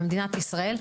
במדינת ישראל,